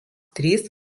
trys